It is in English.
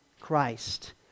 Christ